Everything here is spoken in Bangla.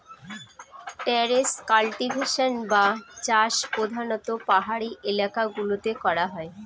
ট্যারেস কাল্টিভেশন বা চাষ প্রধানত পাহাড়ি এলাকা গুলোতে করা হয়